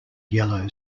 yellow